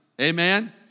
Amen